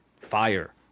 fire